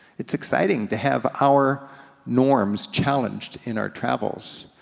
it's exciting to have our norms challenged in our travels.